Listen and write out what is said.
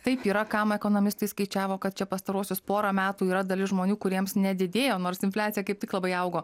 taip yra kam ekonomistai skaičiavo kad čia pastaruosius porą metų yra dalis žmonių kuriems nedidėjo nors infliacija kaip tik labai augo